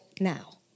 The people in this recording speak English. now